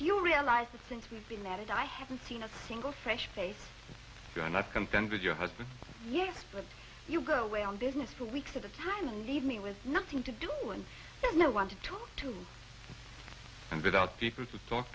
you realize that since we've been at it i haven't seen a single fresh face you're not content with your husband yes but you go away on business for weeks at a time leave me with nothing to do and no one to to talk and without people to talk